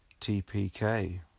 TPK